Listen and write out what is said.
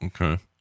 Okay